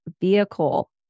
vehicle